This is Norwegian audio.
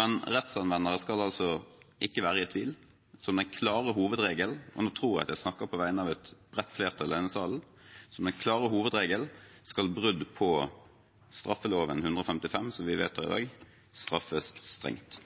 Men rettsanvendere skal ikke være i tvil om at som den klare hovedregelen – og nå tror jeg at jeg snakker på vegne av et bredt flertall i denne salen – skal brudd på straffeloven § 155, som vi vedtar i dag, straffes strengt.